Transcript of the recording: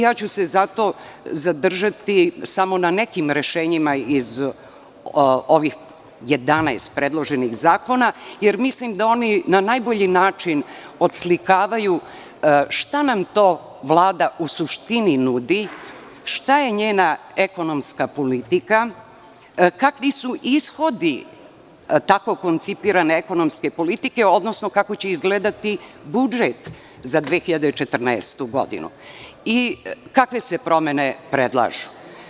Ja ću se zato zadržati samo na nekim rešenjima iz ovih 11 predloženih zakona, jer mislim da oni na najbolji način oslikavaju šta nam to Vlada u suštini nudi, šta je njena ekonomska politika, kakvi su ishodi tako koncipirane ekonomske politike, odnosno kako će izgledati budžet za 2014. godinu i kakve se promene predlažu.